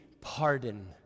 pardon